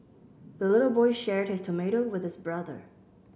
the little boy shared his tomato with his brother